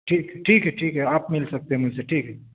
ٹھیک ہے ٹھیک ہے آپ مل سکتے ہیں مجھ سے ٹھیک ہے